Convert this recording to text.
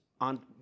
on